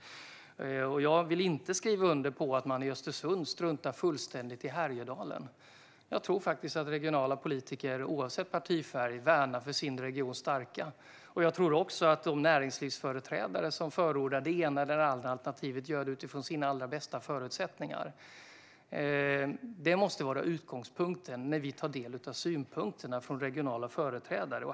Jag vill inte skriva under på att man i Östersund struntar fullständigt i Härjedalen. Jag tror faktiskt att regionala politiker oavsett partifärg värnar sin regions styrka. Jag tror också att de näringslivsföreträdare som förordar det ena eller det andra alternativet gör det utifrån sina allra bästa förutsättningar. Det måste vara utgångspunkten när vi tar del av synpunkterna från regionala företrädare.